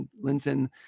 Linton